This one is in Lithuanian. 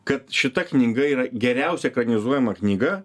kad šita knyga yra geriausia ekranizuojama knyga